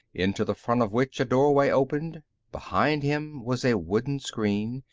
into the front of which a doorway opened behind him was a wooden screen,